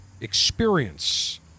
experience